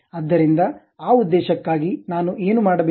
ಆದ್ದರಿಂದ ಆ ಉದ್ದೇಶಕ್ಕಾಗಿ ನಾನು ಏನು ಮಾಡಬೇಕು